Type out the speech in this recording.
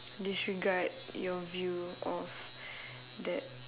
disregard your view of that